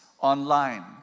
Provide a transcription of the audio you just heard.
online